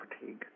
fatigue